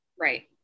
Right